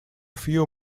few